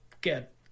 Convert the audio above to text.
get